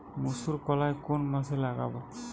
মুসুর কলাই কোন মাসে লাগাব?